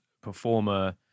performer